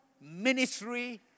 ministry